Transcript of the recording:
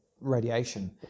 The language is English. radiation